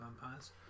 vampires